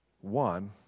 one